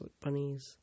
bunnies